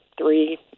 three